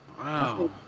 Wow